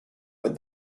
went